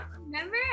Remember